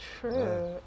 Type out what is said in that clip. True